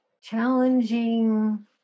challenging